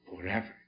forever